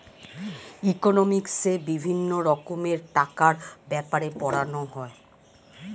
ইকোনমিক্সে বিভিন্ন রকমের টাকার ব্যাপারে পড়ানো হয়